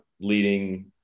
leading